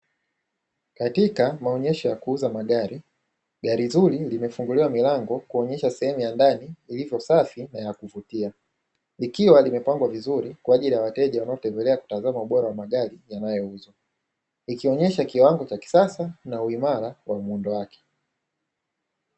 Katika maonyesho ya kuuza magari, gari zuri limefunguliwa milango kuonyesha sehemu ya ndani ilivyo safi na yakuvutia, ikiwa limepangwa vizuri kwa ajili ya wateja wanaotembelea kutazama ubora wa magari yanayouzwa, ikionyesha kiwango cha kisasa na uimara wa muundo wake.